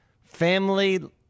family